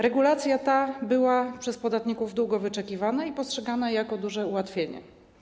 Regulacja ta była przez podatników długo wyczekiwana i postrzegana jako duże ułatwienie.